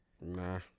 Nah